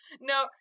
No